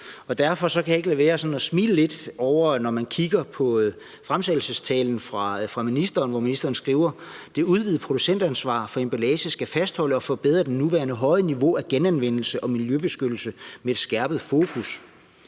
Derfor kan jeg ikke lade være at smile lidt, når jeg kigger på fremsættelsestalen fra ministeren. Her skriver ministeren: »Det udvidede producentansvar for emballage skal fastholde og forbedre det nuværende høje niveau af genanvendelse og miljøbeskyttelse med et skærpet fokus